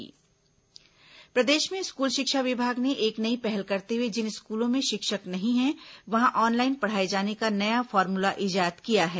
ई class प्रदेश में school शिक्षा विभाग ने एक नई पहल करते हुए जिन स्कूलों में शिक्षक नहीं है वहां ऑनलाईन पढ़ाए जाने का नया फॉर्मूला इजाद किया है